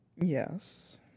yes